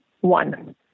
One